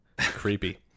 Creepy